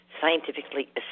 scientifically